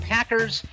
Packers